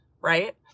right